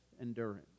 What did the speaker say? endurance